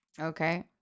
okay